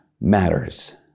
matters